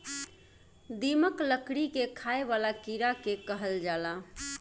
दीमक, लकड़ी के खाए वाला कीड़ा के कहल जाला